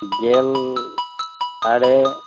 ᱜᱮᱞ ᱟᱨᱮ